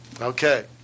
Okay